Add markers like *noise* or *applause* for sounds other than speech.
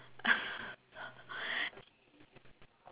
*laughs*